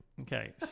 Okay